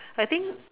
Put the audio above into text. I think